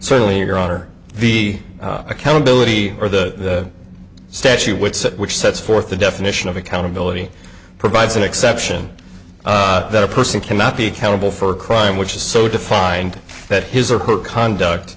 certainly your honor the accountability for that statute which said which sets forth the definition of accountability provides an exception that a person cannot be accountable for a crime which is so defined that his or her conduct